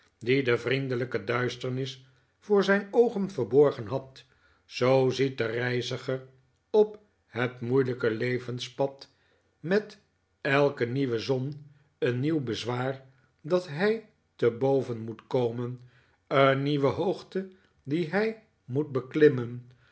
die de vriendelijke duisternis voor zijn oogen verborgen had zoo ziet de reiziger op het moeilijke levenspad met elke nieuwe zon een nieuw bezwaar dat hij te boven moet komen een nieuwe hoogte die hij moet beklimmen